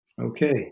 Okay